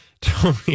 Tony